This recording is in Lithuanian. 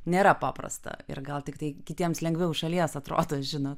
nėra paprasta ir gal tiktai kitiems lengviau iš šalies atrodo žinot